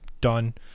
Done